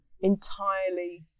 entirely